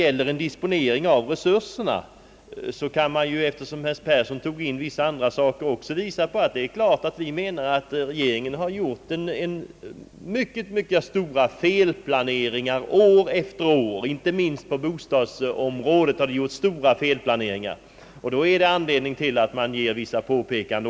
Eftersom herr Persson tog upp vissa andra saker vill jag framhålla att vi anser att regeringen år efter år har gjort mycket stora felplaneringar — inte minst på bostadsområdet, herr Persson — och därför finns det anledning att göra vissa påpekanden.